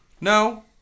No